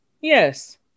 Yes